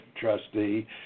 trustee